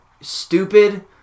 stupid